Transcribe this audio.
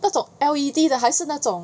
那种 L_E_D 的还是那种